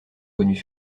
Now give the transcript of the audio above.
connues